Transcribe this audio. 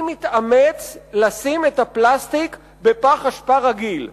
"אני מתאמץ לשים את הפלסטיק בפח אשפה רגיל.